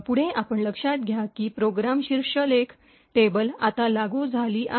पुढे आपण लक्षात घ्या की प्रोग्राम शीर्षलेख टेबल आता लागू झाली आहे